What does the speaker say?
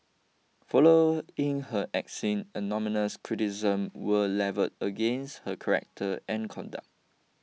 following her axing anonymous criticism were levelled against her correct and conduct